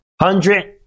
Hundred